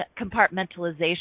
compartmentalization